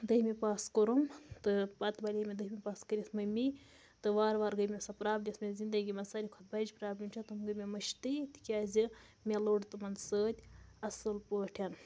دٔہِمہِ پاس کوٚرُم تہٕ پَتہٕ بلے مےٚ دٔہِمہِ پاس کٔرِتھ مٔمی تہٕ وارٕ وارٕ گٔے مےٚ سۄ پرٛابلِم یۄس مےٚ زِندگی منٛز ساروے کھۄتہٕ بَجہِ پرٛابلِم چھےٚ تِم گٔے مٔشتٕے تِکیٛازِ مےٚ لوٚڑ تِمَن سۭتۍ اَصٕل پٲٹھۍ